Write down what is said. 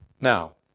Now